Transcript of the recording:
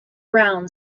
round